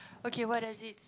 okay what does it